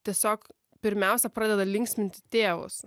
tiesiog pirmiausia pradeda linksminti tėvus